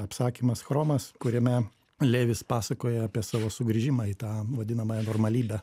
apsakymas chromas kuriame levis pasakoja apie savo sugrįžimą į tą vadinamąją normalybę